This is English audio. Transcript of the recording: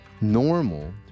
normal